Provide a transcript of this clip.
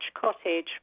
cottage